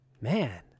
man